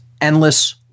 endless